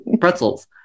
pretzels